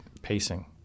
Pacing